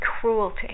cruelty